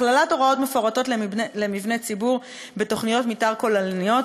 הכללת הוראות מפורטות למבני ציבור בתוכניות מתאר כוללניות,